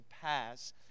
pass